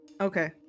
Okay